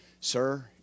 Sir